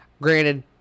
Granted